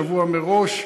שבוע מראש.